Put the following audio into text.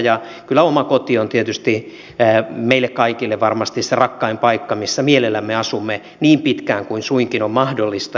ja kyllä oma koti on tietysti meille kaikille varmasti se rakkain paikka missä mielellämme asumme niin pitkään kuin suinkin on mahdollista